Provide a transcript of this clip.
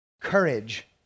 Courage